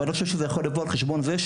אבל אני לא חושב שזה צריך לבוא על חשבון זה.